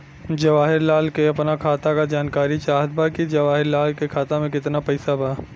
जवाहिर लाल के अपना खाता का जानकारी चाहत बा की जवाहिर लाल के खाता में कितना पैसा बा?